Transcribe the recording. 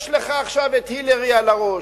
יש לך עכשיו הילרי על הראש,